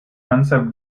concept